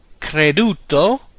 creduto